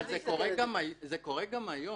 זה קורה גם היום.